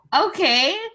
okay